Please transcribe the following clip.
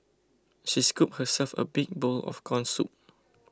she scooped herself a big bowl of Corn Soup